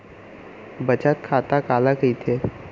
बचत खाता काला कहिथे?